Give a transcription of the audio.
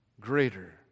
greater